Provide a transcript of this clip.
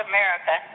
America